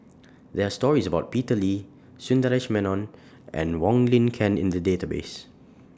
There Are stories about Peter Lee Sundaresh Menon and Wong Lin Ken in The Database